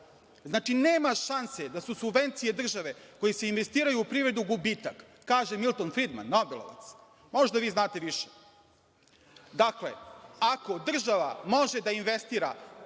Znači, nema šanse da su subvencije države koje se investiraju u privredu gubitak, kaže Milton Fridman, Nobelovac. Možda vi znate više. Dakle, ako država može da investira,